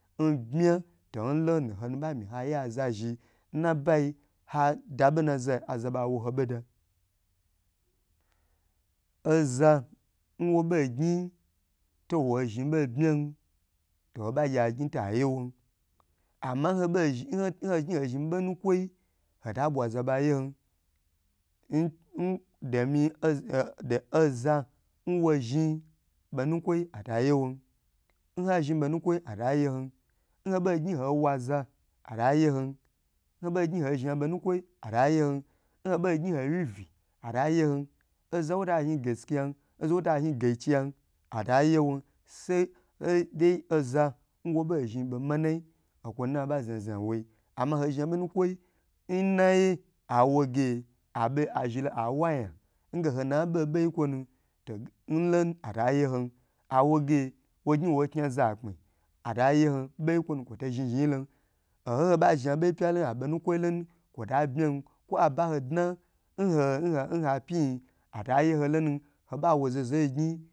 To ndonu hoba myi haye aza zhin n nabai hadaɓo nna zai azaɓa woho ɓoda oza n wo bei gnyi towo zhni ɓon ɓmyam to ho ɓa gye a gnyi to aye wom amma n hagny ho zhni ɓo nukwoi hota ɓwa za ɓa ye hom domin oza nwo zhni ɓo nakwoi ata ye won nha zhni ɓonu kwoi ata ye hon, n hoɓognyi hoi wu aza ata yehom, n hoɓo gnyi ho zhni aɓo nukwoi ata ye hon nho bei gnyi hoi wyi vyi atai ye hon oza n swata zhni gaiciyan ata ye hom sai oza nwo ɓe zhni ɓo manai okwonu nna ɓa znazna nwoi amma hozhni aɓonu kwoi n naye ha woge abe azhi lo a wu anya ge ohonu'a ɓe n ɓei nkwonu to nlon ata te hon, ha woge wognyi woi knyi aza akpmi ata yehon ɓei nkwo nu kwo tei zhni zhni lon. Oho hoba zhni abei pyalonu kwo aɓo nukwoi lonu kwo ta bmyam kwo aba nhodna nha pyinyi ata yeho lonu hoba wo